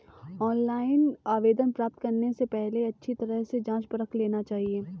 online आवेदन प्राप्त करने से पहले अच्छी तरह से जांच परख लेना चाहिए